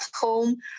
home